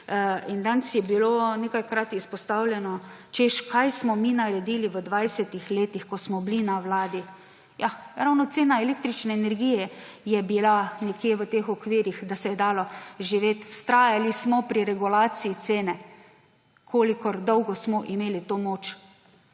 In danes je bilo nekajkrat izpostavljeno, češ, kaj smo mi naredili v 20-ih letih, ko smo bili na vladi. Ja, ravno cena električne energije je bila nekje v teh okvirjih, da se je dalo živeti. Vztrajali smo pri regulaciji cene, kolikor dolgo smo imeli to moč.